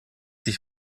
sich